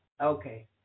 Okay